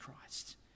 Christ